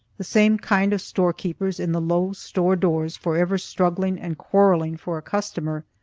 the same kind of storekeepers in the low store doors, forever struggling and quarrelling for a customer.